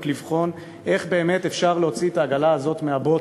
לבחון איך באמת אפשר להוציא את העגלה הזאת מהבוץ,